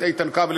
את איתן כבל,